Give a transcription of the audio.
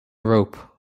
rope